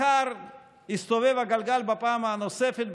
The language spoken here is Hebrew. מחר יסתובב הגלגל בפעם הנוספת,